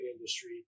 industry